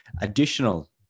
additional